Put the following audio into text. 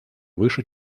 выше